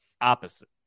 opposite